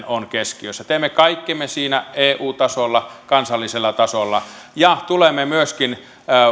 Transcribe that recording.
on keskiössä teemme kaikkemme siinä eu tasolla ja kansallisella tasolla ja tulemme myöskin